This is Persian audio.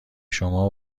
شما